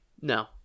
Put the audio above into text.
No